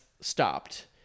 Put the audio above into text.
stopped